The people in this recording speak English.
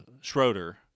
Schroeder